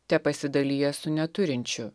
tepasidalija su neturinčiu